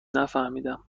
نفهمیدم